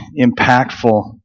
impactful